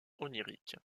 onirique